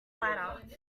latter